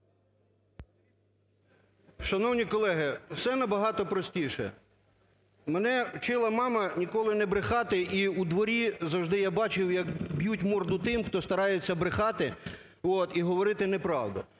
Шановні колеги, все набагато простіше: мене вчила мама ніколи не брехати, і у дворі завжди я бачив, як б'ють морду тим, хто старається брехати і говорити неправду.